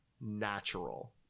natural